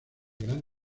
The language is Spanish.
gran